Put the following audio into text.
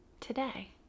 today